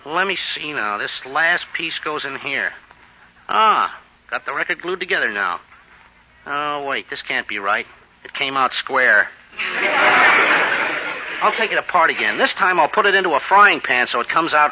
let me see now this last piece goes in here got the record glued together no oh wait this can't be right it came out square i'll take it apart again this time i'll put it into a frying pancho it comes out